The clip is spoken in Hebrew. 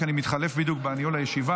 כי אני בדיוק מתחלף בניהול הישיבה.